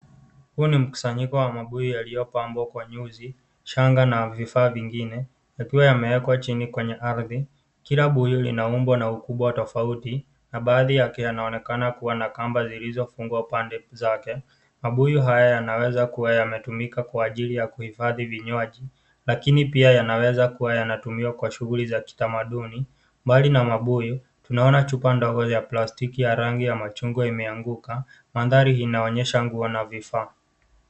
Huu ni mikusanyiko wa mabuyu yaliyopambwa kwa nyuzi, shanga na vifaa vingine yakiwa yamewekwa kwenye ardhi. Kila buyu limeundwa na ukubwa tofauti na baadhi yake yanaonekana kuwa na kamba zilizofungwa pande zake. Mabuyu haya yanaweza kuwa yanatumiwa kwa ajili ya kuhifadhi vinywaji lakini pia yanaweza kuwa yanatumiwa kwa shughli za kitamaduni Mbali na mabuyu tunaona chupa ndogo ya plastiki ya rangi ya machungwa imeanguka. Mandhari hii inaonyesha nguo na vifaa.